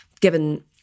given